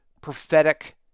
prophetic